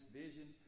vision